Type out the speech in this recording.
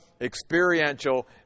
experiential